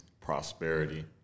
prosperity